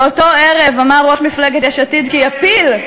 באותו ערב אמר ראש מפלגת יש עתיד כי יפיל,